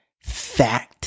Fact